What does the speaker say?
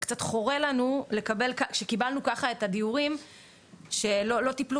חורה לנו שקיבלנו ככה את הדיורים שלא טיפלו